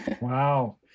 Wow